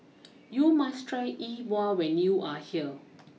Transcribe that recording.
you must try E Bua when you are here